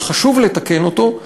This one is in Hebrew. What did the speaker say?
אבל חשוב לעשות אותו,